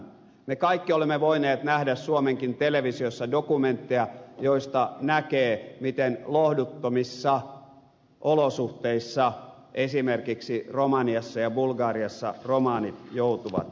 me kaikki olemme voineet nähdä suomenkin televisiossa dokumentteja joista näkee miten lohduttomissa olosuhteissa esimerkiksi romaniassa ja bulgariassa romanit joutuvat elämään